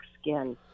skin